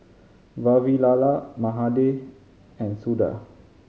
Vavilala Mahade and Suda